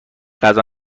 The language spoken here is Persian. غذا